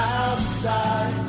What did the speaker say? outside